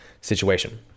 situation